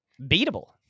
beatable